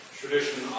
tradition